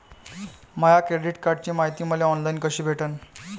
माया credit कार्डची मायती मले ऑनलाईन कसी भेटन?